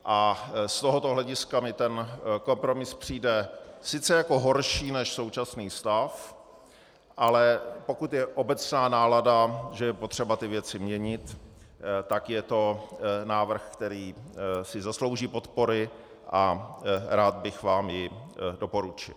Z tohoto hlediska mi ten kompromis přijde sice jako horší než současný stav, ale pokud je obecná nálada, že je potřeba ty věci měnit, tak je to návrh, který si zaslouží podporu, a rád bych vám ho doporučil.